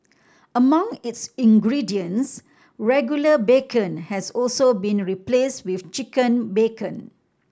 among its ingredients regular bacon has also been replace with chicken bacon